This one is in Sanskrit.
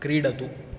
क्रीडतु